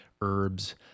herbs